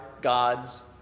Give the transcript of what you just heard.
God's